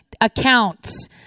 accounts